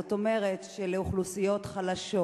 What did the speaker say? זאת אומרת שלאוכלוסיות חלשות,